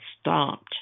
stopped